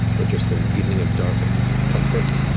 but just an evening of dark comfort,